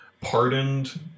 pardoned